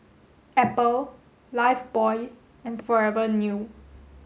Apple Lifebuoy and Forever New